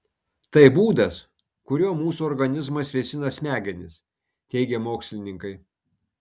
tai būdas kuriuo mūsų organizmas vėsina smegenis teigia mokslininkai